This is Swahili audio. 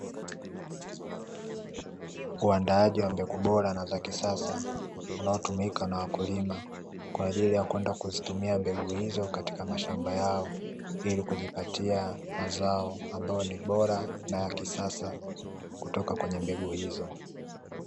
Uandaaji wa mbegu bora na zakisasa unaotumika na wakulima kwa ajili ya kwenda kuzitumia mbegu hizo katika mashamba yao, ili kujipatia mazao ambayo ni bora na yakisasa kutoka kwenye mbegu hizo.